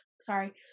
sorry